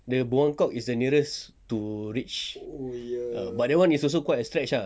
the buangkok is the nearest to reach ah but that one is also quite a stretch ah